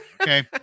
Okay